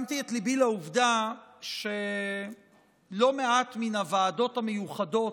שמתי את ליבי לעובדה שלא מעט מן הוועדות המיוחדות